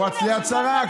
הוא רץ ליד שרה.